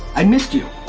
i missed you.